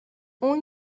اون